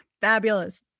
fabulous